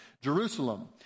Jerusalem